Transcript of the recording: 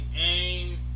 aim